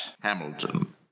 Hamilton